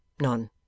None